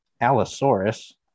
allosaurus